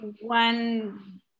one